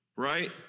Right